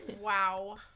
Wow